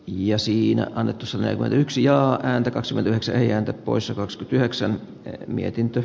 ja siinä annettu saleva yksi jaa ääntä kasvatukseen ja osakas pyhäksi mietintö